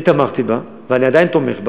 אני תמכתי בה, ואני עדיין תומך בה.